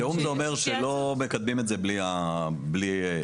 תיאום זה אומר שלא מקדמים את זה בלי שתיאמו איתנו.